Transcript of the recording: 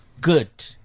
Good